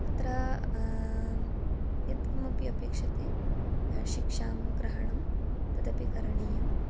तत्र यत्किमपि अपेक्ष्यते शिक्षां ग्रहणं तदपि करणीयं